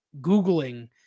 googling